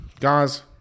guys